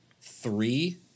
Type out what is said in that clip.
three